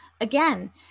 again